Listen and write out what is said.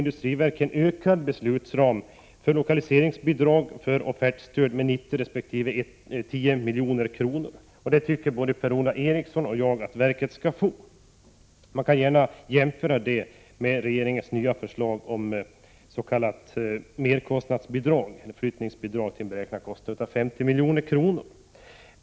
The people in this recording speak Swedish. Industriverket efterlyser nu en ökad beslutsram för lokaliseringsbidrag och offertstöd med 90 resp. 10 milj.kr. Detta tycker både Per-Ola Eriksson och jag att verket skall få. Det kan gärna jämföras med regeringens nya förslag om s.k. merkostnadsbidrag som är ett flyttningsbidrag, vilket beräknas kosta 50 milj.kr.